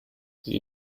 sie